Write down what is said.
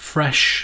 Fresh